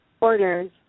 orders